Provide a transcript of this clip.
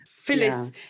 Phyllis